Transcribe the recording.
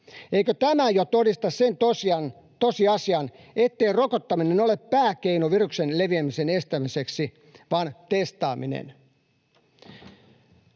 Eikö tämä jo todista sen tosiasian, ettei rokottaminen ole pääkeino viruksen leviämisen estämiseksi vaan testaaminen?